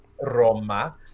Roma